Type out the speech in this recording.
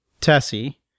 Tessie